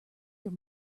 your